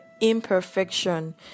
imperfection